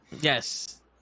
Yes